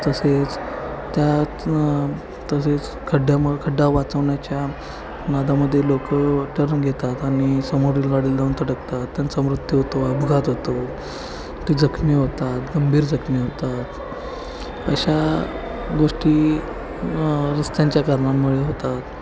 तसेच त्यात तसेच खड्ड्याम खड्डा वाचवण्याच्या नादामध्ये लोकं टर्न घेतात आणि समोरील गाडीला जाऊन धडकतात त्यांचा मृत्यू होतो अपघात होतो ते जखमी होतात गंभीर जखमी होतात अशा गोष्टी रस्त्यांच्या कारणांमुळे होतात